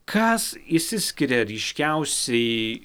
kas išsiskiria ryškiausiai